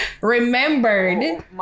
remembered